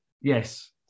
Yes